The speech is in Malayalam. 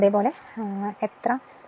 നൽകിയിരിക്കുന്നു